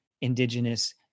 indigenous